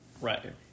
Right